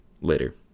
Later